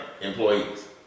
employees